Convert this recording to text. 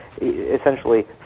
essentially